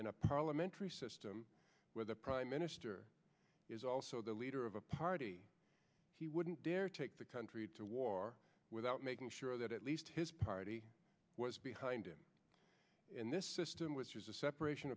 a parliamentary system where the prime minister is also the leader of a party he wouldn't dare take the country to war without making sure that at least his party was behind him in this system which is a separation